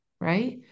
Right